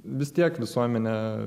vis tiek visuomenė